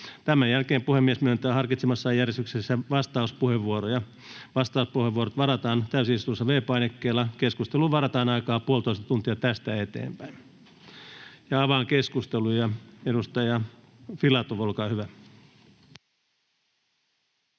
Tämän jälkeen puhemies myöntää harkitsemassaan järjestyksessä vastauspuheenvuoroja. Vastauspuheenvuorot varataan täysistunnossa V-painikkeella. Keskusteluun varataan aikaa 1,5 tuntia tästä eteenpäin. Avaan keskustelun. — Edustaja Filatov, olkaa hyvä.